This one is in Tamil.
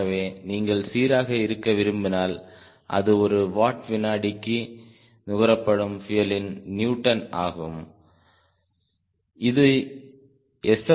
ஆகவே நீங்கள் சீராக இருக்க விரும்பினால் அது ஒரு வாட் வினாடிக்கு நுகரப்படும் பியூயலின் நியூட்டன் ஆகும் இது எஸ்